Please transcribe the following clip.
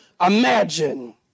imagine